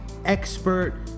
expert